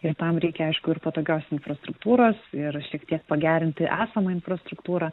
ir tam reikia aišku ir patogios infrastruktūros ir šiek tiek pagerinti esamą infrastruktūrą